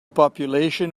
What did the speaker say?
population